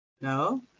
No